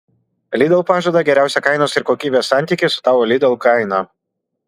lidl pažada geriausią kainos ir kokybės santykį su tavo lidl kaina